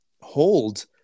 hold